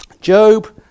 Job